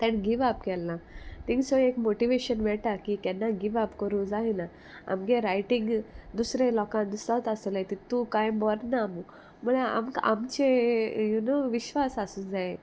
तेणें give up केलें ना थिंगसोन एक मोटिवेशन मेट्टा की केन्ना गिव अप करूंक जायना आमगे रायटींग दुसरे लोकांक दिसत आसले तितू कांय बर ना मो म्हळ्यार आमकां आमचे युनो विश्वास आसूं जायो